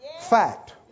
fact